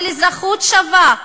של אזרחות שווה,